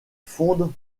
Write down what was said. fondent